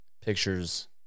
pictures –